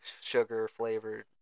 sugar-flavored